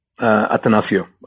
Atanasio